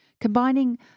Combining